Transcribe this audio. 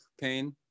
pain